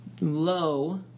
low